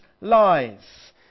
lies